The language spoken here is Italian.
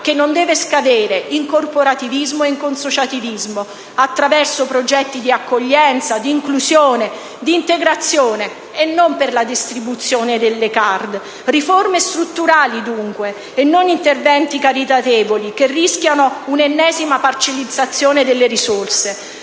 che non deve scadere in corporativismo e consociativismo, attraverso progetti di accoglienza, inclusione e integrazione, e non per la distribuzione delle *card*. Riforme strutturali, dunque, e non interventi caritatevoli, che rischiano un'ennesima parcellizzazione delle risorse.